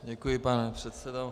Děkuji, pane předsedo.